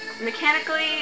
mechanically